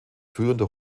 führender